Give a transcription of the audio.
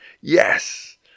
yes